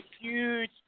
huge